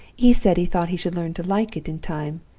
he said he thought he should learn to like it in time,